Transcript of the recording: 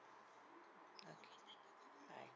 okay bye